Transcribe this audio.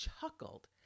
chuckled